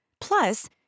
Plus